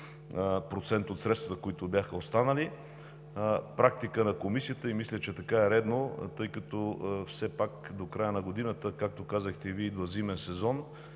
процентите от средствата, които бяха останали. Практика на Комисията е и мисля, че така е редно, тъй като все пак до края на годината, както казахте и Вие, идва зимен сезон,